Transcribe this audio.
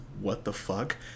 what-the-fuck